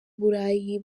burayi